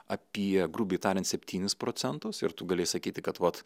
apie grubiai tariant septynis procentus ir tu galėjai sakyti kad vat